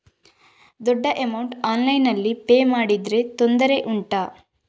ದೊಡ್ಡ ಅಮೌಂಟ್ ಆನ್ಲೈನ್ನಲ್ಲಿ ಪೇ ಮಾಡಿದ್ರೆ ತೊಂದರೆ ಉಂಟಾ?